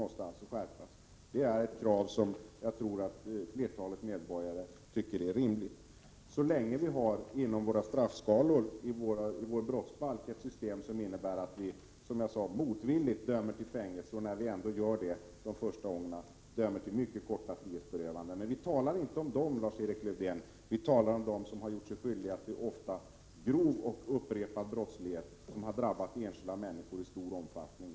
Det är ett krav som jag tror att flertalet medborgare tycker är rimligt, så länge vi inom våra straffskalor, i vår brottsbalk, har ett system som innebär att vi motvilligt dömer till fängelse, och när vi gör det är det mycket korta frihetsberövanden som utdöms de första gångerna. Men vi talar inte om förstagångsförbrytarna, utan om dem som gjort sig skyldiga till grov och upprepad brottslighet, som drabbat enskilda människor i stor omfattning.